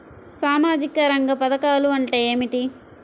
సామాజిక రంగ పధకాలు అంటే ఏమిటీ?